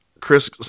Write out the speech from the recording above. Chris